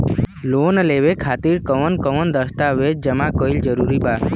Loan लेवे खातिर कवन कवन दस्तावेज जमा कइल जरूरी बा?